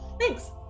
Thanks